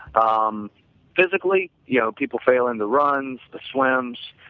um physically, you know people failing the runs, the swims,